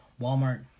Walmart